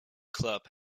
club